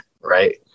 Right